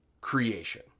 creation